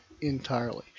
entirely